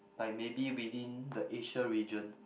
like maybe within the Asia region